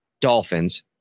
Dolphins